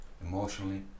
emotionally